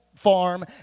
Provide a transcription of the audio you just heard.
farm